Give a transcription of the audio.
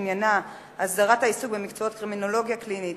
בעניין הסדרת העיסוק במקצועות קרימינולוגיה קלינית,